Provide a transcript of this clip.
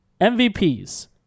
MVPs